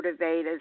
motivators